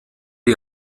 die